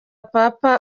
papa